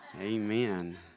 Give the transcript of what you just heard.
Amen